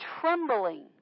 trembling